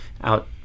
out